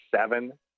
seven